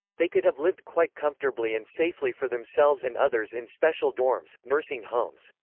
they could have lived quite comfortably and safely for themselves and others in special dorms, nursing homes,